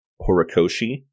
Horikoshi